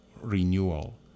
renewal